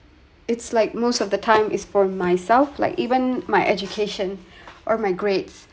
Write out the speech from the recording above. it's like most of the time is for myself like even my education or my grades